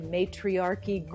Matriarchy